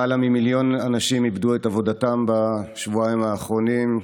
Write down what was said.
למעלה ממיליון אנשים איבדו את עבודתם בשבועיים האחרונים,